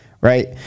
right